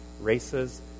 races